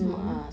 mm